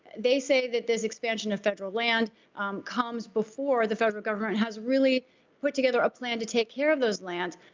they say that this expansion of federal land comes before the federal government has really put together a plan to take care of those lands.